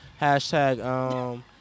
Hashtag